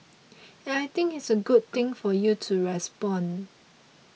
and I think it is a good thing for you to respond